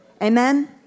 Amen